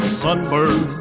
sunburn